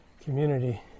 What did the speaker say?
community